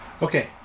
Okay